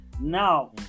Now